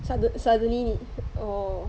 suddenly suddenly orh